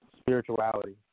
spirituality